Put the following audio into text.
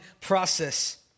process